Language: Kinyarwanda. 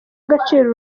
agaciro